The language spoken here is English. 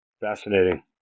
Fascinating